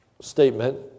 statement